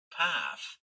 path